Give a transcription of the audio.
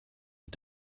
mit